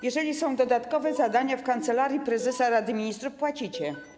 Jeżeli są dodatkowe zadania w Kancelarii Prezesa Rady Ministrów, płacicie.